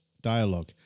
dialogue